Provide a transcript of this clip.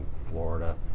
Florida